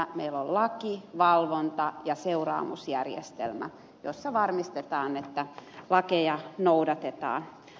meillä on laki valvonta ja seuraamusjärjestelmä jossa varmistetaan että lakeja noudatetaan